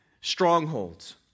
strongholds